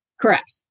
Correct